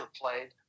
played